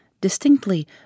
distinctly